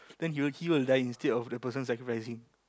then he will he will dying instead of the person's like rising